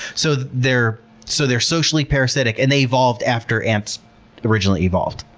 so they're so they're socially parasitic, and they evolved after ants originally evolved.